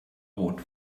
rot